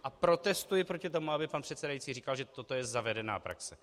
A protestuji proti tomu, aby pan předsedající říkal, že toto je zavedená praxe.